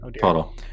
total